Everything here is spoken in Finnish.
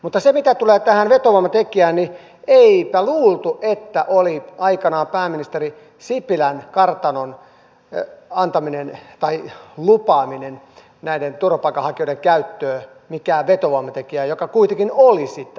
mutta mitä tulee tähän vetovoimatekijään niin eipä luultu että aikanaan pääministeri sipilän kartanon lupaaminen turvapaikanhakijoiden käyttöön olisi ollut mikään vetovoimatekijä mutta se kuitenkin oli sitä